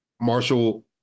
marshall